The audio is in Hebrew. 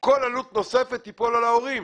כל עלות נוספת תיפול על ההורים.